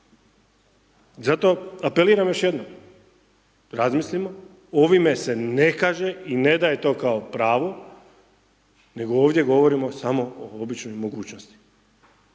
Zato apeliram još jednom, razmislimo, ovime se ne kaže i ne daje to kao pravo nego ovdje govorimo samo o običnoj mogućnosti